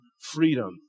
freedom